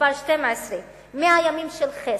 מספר 12, מאה ימים של חסד.